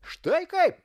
štai kaip